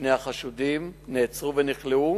שני החשודים נעצרו ונכלאו